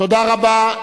תודה רבה.